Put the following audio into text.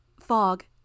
Fog